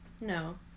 No